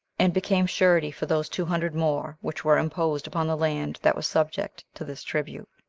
and became surety for those two hundred more which were imposed upon the land that was subject to this tribute